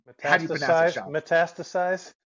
Metastasize